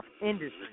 industry